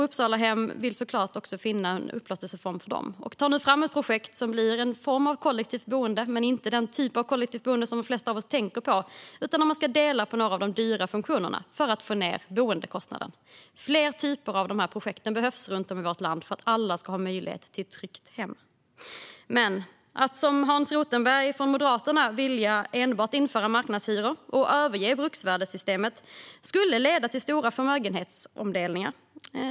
Uppsalahem vill såklart finna en upplåtelseform också för dem och tar nu i detta projekt fram en form av kollektivt boende, men inte den typ av kollektivt boende som de flesta av oss tänker på utan en där man delar på några av de dyra funktionerna för att få ned boendekostnaden. Fler av den här typen av projekt behövs runt om i vårt land för att alla ska ha möjlighet till ett tryggt hem. Att som Hans Rothenberg från Moderaterna vilja införa enbart marknadshyror och överge bruksvärdessystemet skulle leda till stora förmögenhetsomfördelningar.